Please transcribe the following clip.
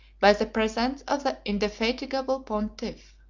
by the presence of the indefatigable pontiff.